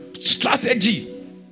strategy